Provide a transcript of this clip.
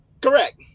Correct